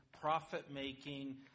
profit-making